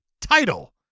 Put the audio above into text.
title